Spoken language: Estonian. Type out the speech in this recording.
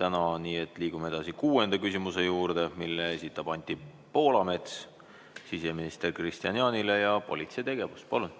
täna. Nii et liigume edasi kuuenda küsimuse juurde, mille esitab Anti Poolamets siseminister Kristian Jaanile. Teema on politsei tegevus. Palun!